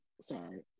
sorry